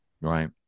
Right